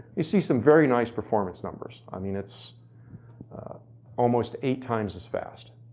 you see some very nice performance numbers. i mean, it's almost eight times as fast.